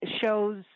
shows